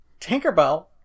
Tinkerbell